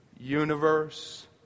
universe